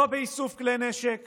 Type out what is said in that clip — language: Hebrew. לא באיסוף כלי נשק